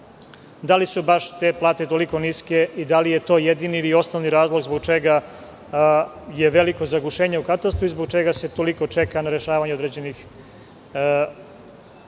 Da li su te plate toliko niske i da li je to jedini ili osnovni razlog zbog čega je veliko zagušenje u katastru i zbog čega se toliko čeka na rešavanje određenih problema